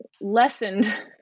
lessened